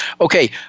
Okay